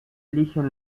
eligen